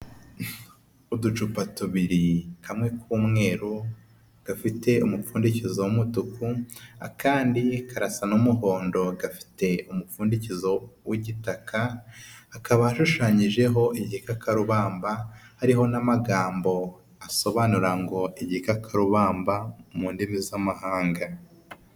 Uducupa tubiri kamwe kumweru gafite umupfundikizo w'umutuku, akandi karasa n'umuhondo gafite umupfundikizo w'igitaka. Hakaba ashushanyijeho igikakarubamba hariho n'amagambo asobanura ngo igikakarubamba mu ndimi z'amahanga.